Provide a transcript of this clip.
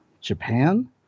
Japan